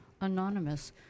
anonymous